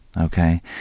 okay